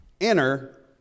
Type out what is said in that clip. Enter